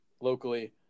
locally